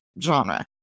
genre